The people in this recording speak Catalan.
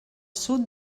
sud